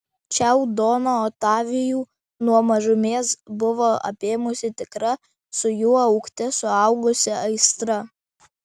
čiau doną otavijų nuo mažumės buvo apėmusi tikra su juo augte suaugusi aistra